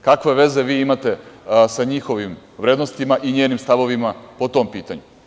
Kakve veze vi imate sa njihovim vrednostima i njenim stavovima po tom pitanju?